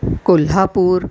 Kolhapur